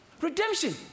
Redemption